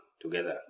together